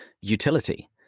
utility